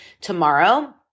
tomorrow